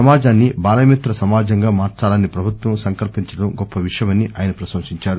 సమాజాన్ని బాలమిత్ర సమాజంగా మార్చాలని ప్రభుత్వం సంకల్పించడం గొప్ప విషయమని ఆయన ప్రశంసించారు